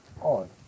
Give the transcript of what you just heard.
on